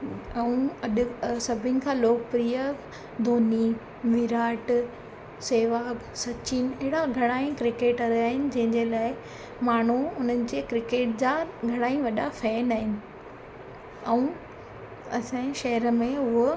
ऐं अॾु सभिनी खां लोकप्रिय धोनी विराट सहेवाग सचिन अहिड़ा घणेई क्रिकेटर आहिनि जंहिंजे लाइ माण्हू उन्हनि जे क्रिकेट जा घणेई वॾा फैन आहिनि ऐं असांजे शहर में उहा